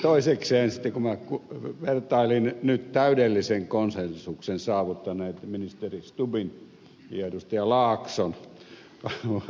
toisekseen kun minä vertailin nyt täydellisen konsensuksen saavuttaneiden ministeri stubbin ja ed